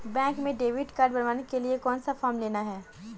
Bank में debit card बनवाने के लिए कौन सा फॉर्म लेना है?